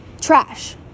trash